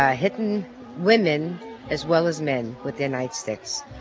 ah hitting women as well as men with their nightsticks.